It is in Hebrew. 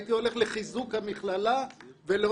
הייתי הולך לחיזוק המכללה ולא